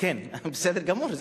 כן, בסדר גמור.